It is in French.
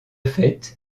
fait